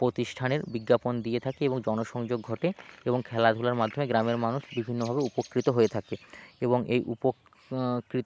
প্রতিষ্ঠানের বিজ্ঞাপন দিয়ে থাকে এবং জনসংযোগ ঘটে এবং খেলাধুলার মাধ্যমে গ্রামের মানুষ বিভিন্নভাবে উপকৃত হয়ে থাকে এবং এই উপকৃত